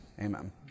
amen